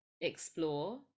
explore